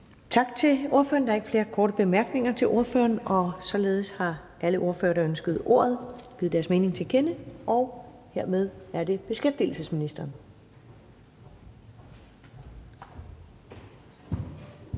Tak til ordføreren. Der er ikke flere korte bemærkninger til ordføreren. Således har alle ordførere, der ønskede ordet, givet deres mening til kende, og hermed er det beskæftigelsesministeren.